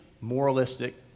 moralistic